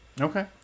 Okay